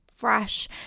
fresh